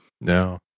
No